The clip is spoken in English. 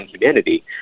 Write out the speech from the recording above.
humanity